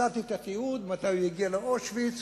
מצאתי את התיעוד, מתי הוא הגיע לאושוויץ.